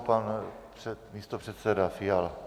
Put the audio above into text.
Pan místopředseda Fiala.